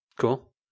Cool